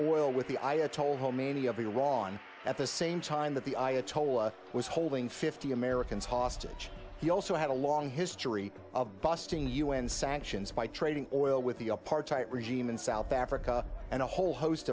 oil with the ayatollah khomeini of iran at the same time that the ayatollah was holding fifty americans hostage he also had a long history of busting u n sanctions by trading oil with the apartheid regime in south africa and a whole host